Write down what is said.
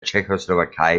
tschechoslowakei